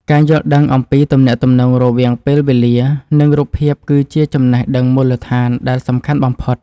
ការយល់ដឹងអំពីទំនាក់ទំនងរវាងពេលវេលា និង រូបភាពគឺជាចំណេះដឹងមូលដ្ឋានដែលសំខាន់បំផុត។